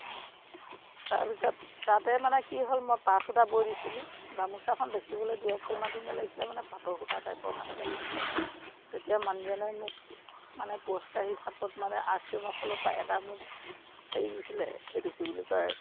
তাৰপিছত তাতে মানে কি হ'ল মই পাট সূতা বৈ দিছিলোঁ গামোচাখন দেখিবলৈ দূৰৰপৰা ইমান ধুনীয়া লাগিছিলে মানে পাটৰ সূতা টাইপৰ মানে লাগিছিলে তেতিয়া মানুহজনে মোক মানে পুৰস্কাৰ হিচাপত মানে আৰ চি এমৰ ফালৰপৰা এটা মোক হেৰি দিছিলে এইটো কি বুলি কয়